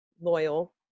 loyal